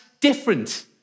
different